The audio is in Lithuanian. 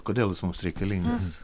kodėl jis mums reikalingas